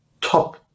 top